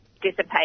dissipate